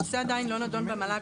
הנושא עדיין לא נדון במל"ג,